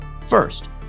First